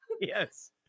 Yes